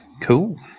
Cool